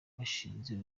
washinze